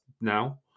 now